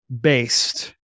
based